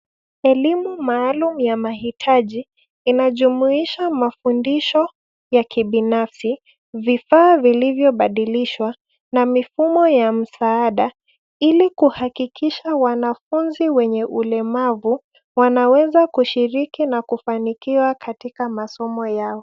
Elimu maalum ya mahitaji inajumuisha mafundisho ya kibinafsi , vifaa vilivyo badilishwa na mifumo ya msaada ili kuhakikisha wanafunzi wenye ulemavu wanaweza kushiriki na kufanikiwa katika masomo yao.